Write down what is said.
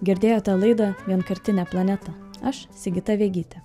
girdėjote laida vienkartinė planeta aš sigita vegytė